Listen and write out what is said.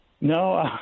No